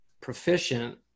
proficient